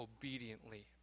obediently